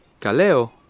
Caleo